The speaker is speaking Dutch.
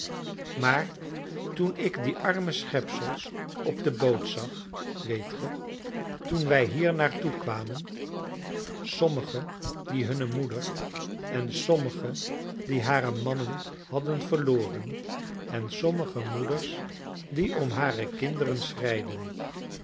maar toen ik die arme schepsels op de boot zag weet ge toen wij hiernaar toe kwamen sommigen die hunne moeder en sommigen die hare mannen hadden verloren en sommige moeders die om hare kinderen